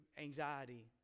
anxiety